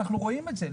אנחנו רואים את זה.